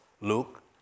Luke